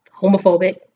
homophobic